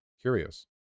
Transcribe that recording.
Curious